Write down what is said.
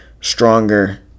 stronger